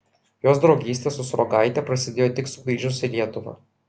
jos draugystė su sruogaite prasidėjo tik sugrįžus į lietuvą